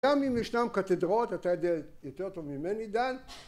גם אם ישנם קתדרות אתה יודע יותר טוב ממני דן